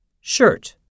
shirt